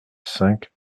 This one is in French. cinq